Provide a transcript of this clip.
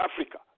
Africa